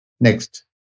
Next